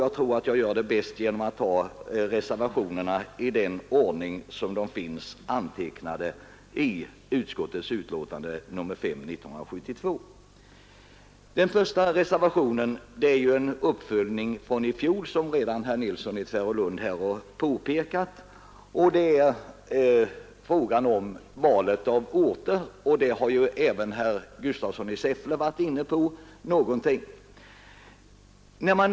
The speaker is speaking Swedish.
Jag tror att detta sker bäst genom att jag tar reservationerna i den ordning de finns införda i inrikesutskottets betänkande nr 5. : Den första reservationen är, som herr Nilsson i Tvärålund redan påpekat, en uppföljning från i fjol. Den gäller valet av orter. Även herr Gustafsson i Säffle har varit inne på den frågan.